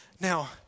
Now